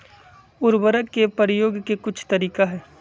उरवरक के परयोग के कुछ तरीका हई